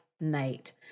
night